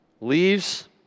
leaves